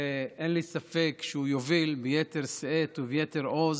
אין לי ספק שהוא יוביל ביתר שאת וביתר עוז